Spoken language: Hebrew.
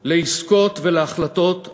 לעסקות ולהחלטות עתידיות.